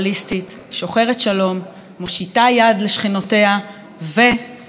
מושיטה יד לשכנותיה ומקיימת שוויון מלא לכל אזרחיה.